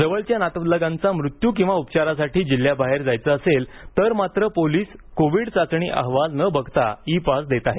जवळच्या नातलगांचा मृत्यू अथवा उपचारासाठी जिल्ह्याबाहेर जायचं असेल तर मात्र पोलिस कोविड चाचणी अहवाल न बघता ई पास देत आहेत